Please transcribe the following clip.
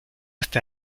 está